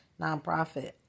nonprofit